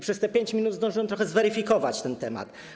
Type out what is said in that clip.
Przez te 5 minut zdążyłem trochę zweryfikować ten temat.